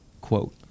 quote